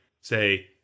say